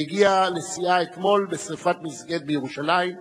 שהגיעה לשיאה אתמול בשרפת מסגד בירושלים.